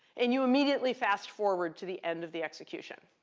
and you immediately fast forward to the end of the execution.